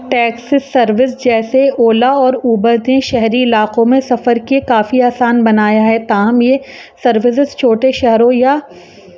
taxi service جیسے اولا اور Uber نے شہری علاقوں میں سفر کیے کافی آسان بنایا ہے تاہم یہ سروسز چھوٹے شہروں یا